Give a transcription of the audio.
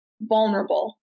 vulnerable